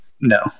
No